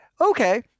okay